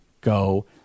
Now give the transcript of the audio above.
go